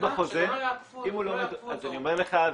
--- שלא יאכפו אותו --- אז אני אומר לך,